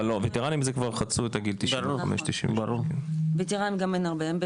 ווטרנים כבר חצו את גיל 95. ווטרנים אין הרבה.